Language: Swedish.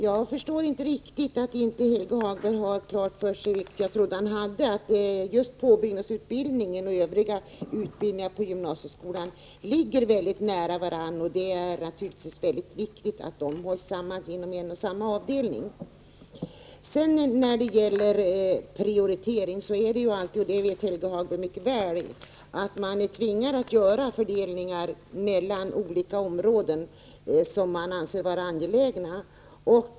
Jag förstår inte riktigt att Helge Hagberg inte har klart för sig — vilket jag trodde han hade — att just påbyggnadsutbildningen och övriga utbildningar inom gymnasieskolan ligger mycket nära varandra och att det är mycket viktigt att de hålls samman inom samma avdelning. Vi är alltid — det vet Helge Hagberg mycket väl — tvungna att göra prioriteringar mellan olika områden som vi anser vara angelägna.